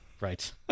Right